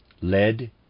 Lead